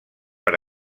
per